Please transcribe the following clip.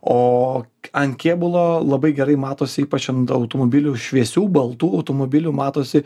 o ant kėbulo labai gerai matosi ypač ant automobilių šviesių baltų automobilių matosi